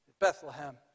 Bethlehem